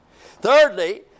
Thirdly